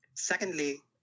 Secondly